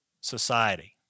society